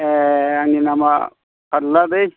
ए आंनि नामा फारला दै